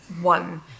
one